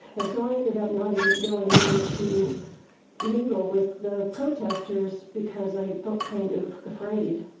and so i ended up not even going in to mingle with the protesters because i felt kind of afraid.